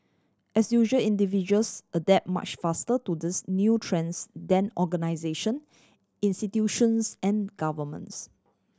as usual individuals adapt much faster to these new trends than organisation institutions and governments